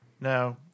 Now